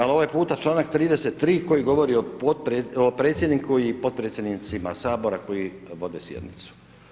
Al ovaj puta čl. 33. koji govori o predsjedniku i potpredsjednicima Sabora koji vode sjednicu.